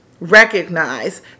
recognize